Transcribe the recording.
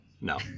No